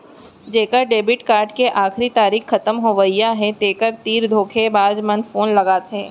जेखर debit card के आखरी तारीख खतम होवइया हे तेखर तीर धोखेबाज मन फोन लगाथे